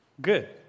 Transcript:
Good